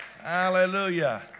Hallelujah